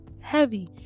heavy